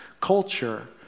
culture